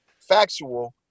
factual